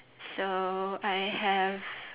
so I have